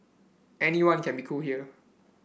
anyone can be cool here